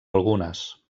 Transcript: algunes